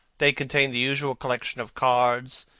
they contained the usual collection of cards,